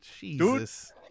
Jesus